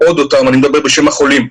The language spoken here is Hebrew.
אני מדבר בשם החולים.